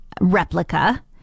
replica